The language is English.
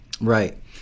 Right